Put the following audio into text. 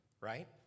right